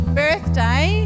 birthday